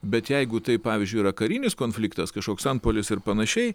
bet jeigu tai pavyzdžiui yra karinis konfliktas kažkoks antpuolis ir panašiai